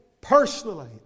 personally